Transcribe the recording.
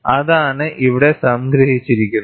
അതാണ് ഇവിടെ സംഗ്രഹിച്ചിരിക്കുന്നത്